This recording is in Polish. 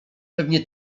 pewnie